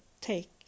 take